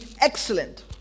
excellent